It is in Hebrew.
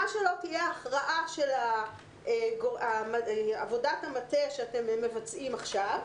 מה שלא תהיה ההכרעה של עבודת המטה שאתם מבצעים עכשיו,